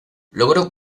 logró